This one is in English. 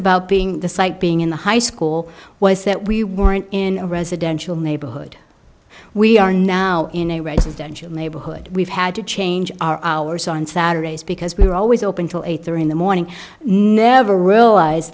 about being the site being in the high school was that we weren't in a residential neighborhood we are now in a residential neighborhood we've had to change our hours on saturdays because we were always open to eight thirty in the morning never realize